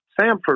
Samford